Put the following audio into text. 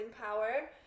power